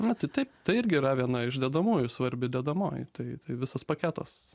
na tai taip tai irgi yra viena iš dedamųjų svarbi dedamoji tai tai visas paketas